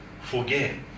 forget